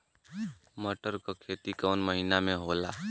मटर क खेती कवन महिना मे होला?